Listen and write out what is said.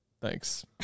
Thanks